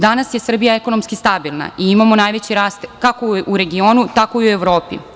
Danas je Srbija ekonomski stabilna, imamo najveći rast, kako u regionu, tako i u Evropi.